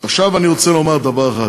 עכשיו אני רוצה לומר דבר אחד: